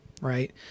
right